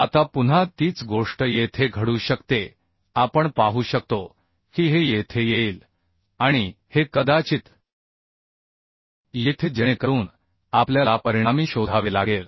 आता पुन्हा तीच गोष्ट येथे घडू शकते आपण पाहू शकतो की हे येथे येईल आणि हे कदाचित येथे जेणेकरून आपल्या ला परिणामी शोधावे लागेल